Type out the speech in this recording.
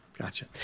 Gotcha